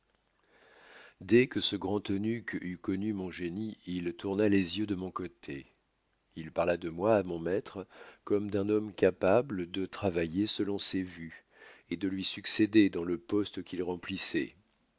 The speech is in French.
dès que ce grand eunuque eut connu mon génie il tourna les yeux de mon côté il parla de moi à mon maître comme d'un homme capable de travailler selon ses vues et de lui succéder dans le poste qu'il remplissoit